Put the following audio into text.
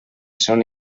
son